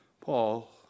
Paul